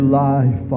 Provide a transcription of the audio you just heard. life